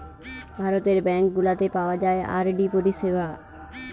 ভারতের ব্যাঙ্ক গুলাতে পাওয়া যায় আর.ডি পরিষেবা